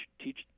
teach